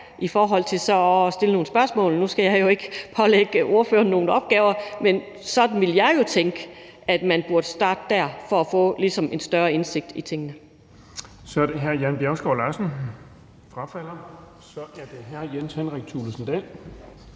i forhold til så at stille nogle spørgsmål. Nu skal jeg jo ikke pålægge ordføreren nogen opgaver, men sådan ville jeg jo tænke: at man burde starte der for ligesom at få en større indsigt i tingene. Kl. 17:56 Den fg. formand (Erling Bonnesen): Så er det hr. Jan Bjergskov Larsen.